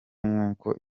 nkuko